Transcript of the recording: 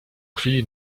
chwili